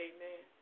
Amen